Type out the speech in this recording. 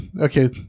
okay